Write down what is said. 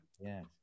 Yes